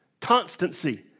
constancy